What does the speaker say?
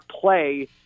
play